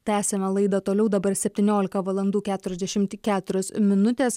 tęsiame laidą toliau dabar septyniolika valandų keturiasdešimt keturios minutės